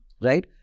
right